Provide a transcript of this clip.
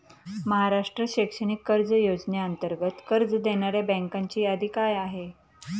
महाराष्ट्र शैक्षणिक कर्ज योजनेअंतर्गत कर्ज देणाऱ्या बँकांची यादी काय आहे?